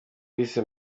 bise